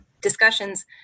discussions